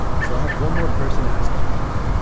so i have one more person ask about this